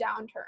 downturn